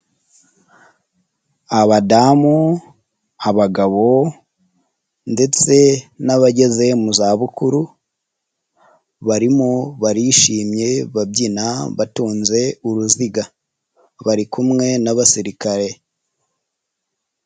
Abadamu, abagabo ndetse n'abageze mu zabukuru, barimo barishimye babyina batunze uruziga. Bari kumwe n'abasirikare.